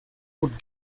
would